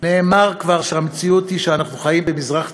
נאמר כבר שהמציאות היא שאנו חיים במזרח התיכון,